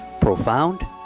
Profound